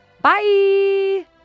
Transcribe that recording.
Bye